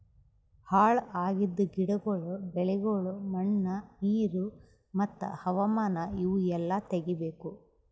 ಹಾಳ್ ಆಗಿದ್ ಗಿಡಗೊಳ್, ಬೆಳಿಗೊಳ್, ಮಣ್ಣ, ನೀರು ಮತ್ತ ಹವಾಮಾನ ಇವು ಎಲ್ಲಾ ತೆಗಿಬೇಕು